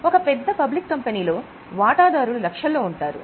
ఒక పెద్ద పబ్లిక్ కంపెనీలో వాటాదారులు లక్షల్లో ఉంటారు